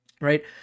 Right